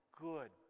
good